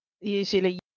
usually